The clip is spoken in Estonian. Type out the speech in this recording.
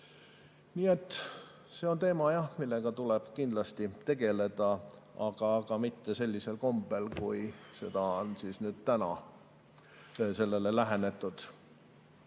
Nii et see on teema, millega tuleb kindlasti tegeleda, aga mitte sellisel kombel, nagu on täna sellele lähenetud.